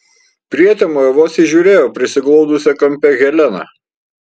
prietemoje vos įžiūrėjo prisiglaudusią kampe heleną